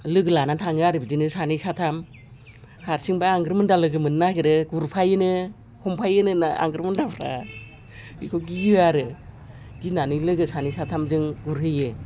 लोगो लानानै थाङो आरो बिदिनो सानै साथाम हारसिंबा आंग्रोमोनदा लोगो मोननो नागिरो गुरफायोनो हमफायोनो आंग्रोमोनदांफ्रा बेखौ गियो आरो गिनानै लोगो सानै साथामजों गुरहैयो